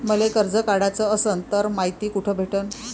मले कर्ज काढाच असनं तर मायती कुठ भेटनं?